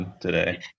today